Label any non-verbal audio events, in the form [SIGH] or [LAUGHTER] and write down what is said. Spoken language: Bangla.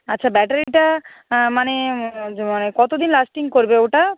আচ্ছা ব্যাটারিটা মানে [UNINTELLIGIBLE] কতো দিন লাস্টিং করবে ওটা